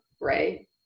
right